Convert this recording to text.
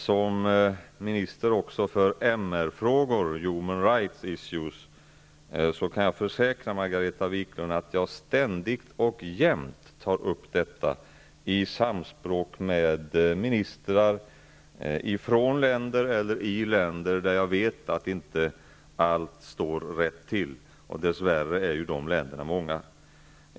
Som minister också för MR-frågor, ''Human Right Issues'', kan jag försäkra Margareta Viklund att jag jämt och ständigt tar upp detta med ministrar från länder där jag vet att inte allt står rätt till. Dessa länder är dess värre många till antalet.